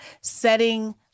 setting